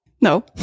No